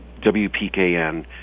WPKN